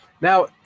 Now